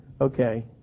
Okay